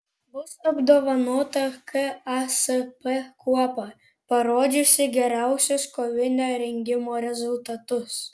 bus apdovanota kasp kuopa parodžiusi geriausius kovinio rengimo rezultatus